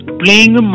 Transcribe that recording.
playing